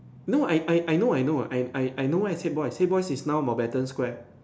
no I I I know I know I I know where is Haig Boys' Haig Boys' is now Mountbatten Square